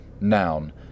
noun